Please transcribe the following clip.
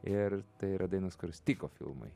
ir tai yra dainos kurios tiko filmui